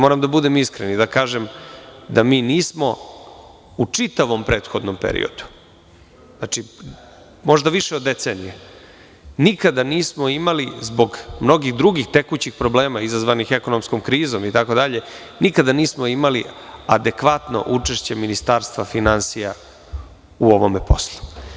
Moram da budem iskren i da kažem da nismo u čitavom prethodnom periodu, možda više od decenije nikada nismo imali zbog možda drugih tekućih problema izazvanih ekonomskom krizom itd, nikada nismo imali adekvatno učešće Ministarstva finansija u ovom poslu.